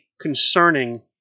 concerning